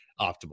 optimal